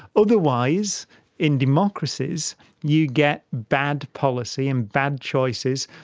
otherwise in democracies you get bad policy and bad choices.